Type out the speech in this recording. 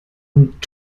und